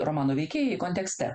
romano veikėjai kontekste